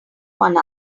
one